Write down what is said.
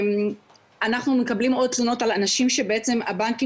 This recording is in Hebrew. אנחנו מקבלים עוד תלונות מאנשים שהבנקים